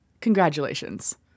Congratulations